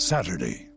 Saturday